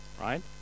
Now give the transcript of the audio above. right